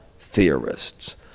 theorists